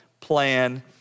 plan